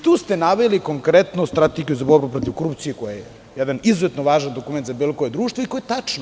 Tu ste naveli konkretnu strategiju za borbu protiv korupcije, koja je jedan izuzetno važan dokument za bilo koje društvo i koje je tačno.